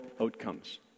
outcomes